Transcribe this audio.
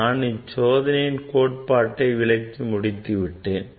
எனவே நான் சோதனையின் கோட்பாட்டை விளக்கி முடித்துவிட்டேன்